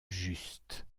juste